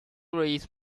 raise